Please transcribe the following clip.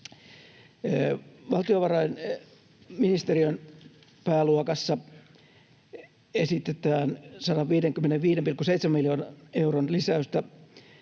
Valtiovarainministeriön pääluokassa esitetään 155,7 miljoonan euron lisäystä,